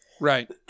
Right